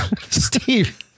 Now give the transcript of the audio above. Steve